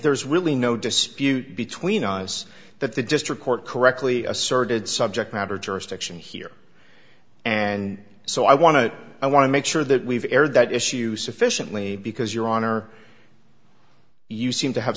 there's really no dispute between us that the district court correctly asserted subject matter jurisdiction here and so i want to i want to make sure that we've aired that issue sufficiently because your honor you seem to have